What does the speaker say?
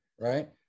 right